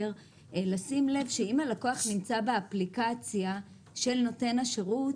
לשים לב שאם הלקוח נמצא באפליקציה של נותן השירות,